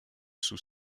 sous